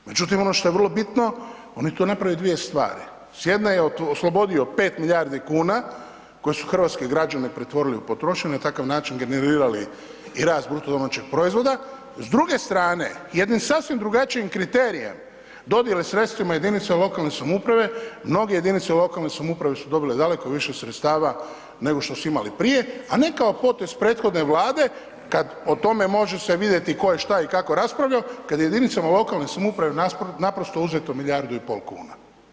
Međutim ono što je vrlo bitno on je tu napravio dvije stvari, s jedne je oslobodio 5 milijardi kuna koje su hrvatski građani pretvorili u potrošnju i na takav način generirali i rast bruto domaćeg proizvoda, s druge strane jednim sasvim drugačijim kriterijem dodjele sredstvima jedinica lokalne samouprave, mnoge jedinice lokalne samouprave su dobile daleko više sredstava nego što su imale prije, a ne kao potez prethodne vlade kad o tome može se vidjeti tko je šta i kao raspravljo kad je jedinicama lokalne samouprave naprosto uzeto 1,5 milijardu kuna.